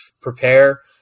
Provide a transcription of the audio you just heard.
prepare